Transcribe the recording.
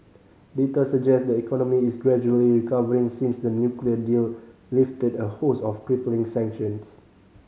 data suggest the economy is gradually recovering since the nuclear deal lifted a host of crippling sanctions